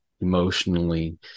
emotionally